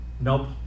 Nope